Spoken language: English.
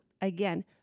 again